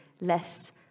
less